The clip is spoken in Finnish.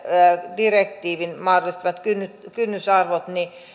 direktiivin mahdollistamat kynnysarvot